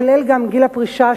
כולל גיל הפרישה,